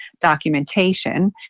documentation